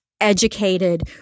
educated